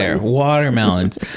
Watermelons